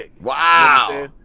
Wow